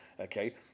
Okay